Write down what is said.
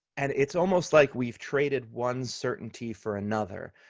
and it's almost like we've traded one certainty for another,